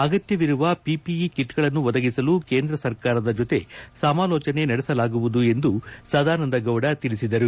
ಅಗತ್ಯವಿರುವ ಪಿಪಿಇ ಕಿಟ್ಗಳನ್ನು ಒದಗಿಸಲು ಕೇಂದ್ರ ಸರ್ಕಾರದ ಜತೆ ಸಮಾಲೋಚನೆ ನಡೆಸಲಾಗುವುದು ಎಂದು ಸದಾನಂದಗೌದ ತಿಳಿಸಿದ್ದಾರೆ